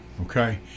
okay